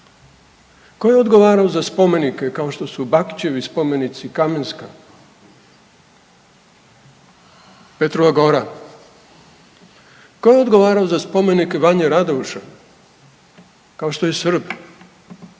Tko je odgovarao za spomenike kao što Bakićev i spomenici Kamenska, Petrova gora? Tko je odgovarao za spomenik Vanje Radauš kao što je Srb?